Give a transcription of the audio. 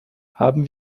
haben